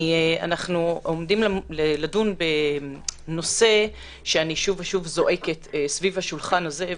אנחנו עומדים לדון בנושא שאני שוב ושוב זועקת מסביב לשולחן הזה.